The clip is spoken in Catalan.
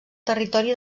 territori